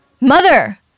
Mother